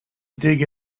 dig